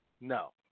no